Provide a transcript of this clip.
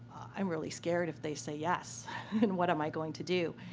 i'm really scared if they say yes and what am i going to do?